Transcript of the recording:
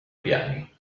piani